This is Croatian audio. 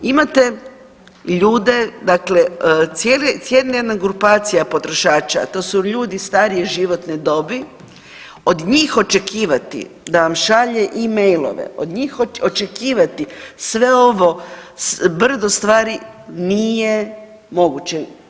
Imate ljude dakle cijela, cijela jedna grupacija potrošača, a to su ljudi starije životne dobi od njih očekivati da vam šalje e-mailove, od njih očekivati sve ovo brdo stvari nije moguće.